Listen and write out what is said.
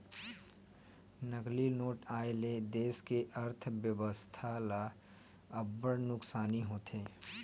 नकली नोट आए ले देस के अर्थबेवस्था ल अब्बड़ नुकसानी होथे